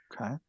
okay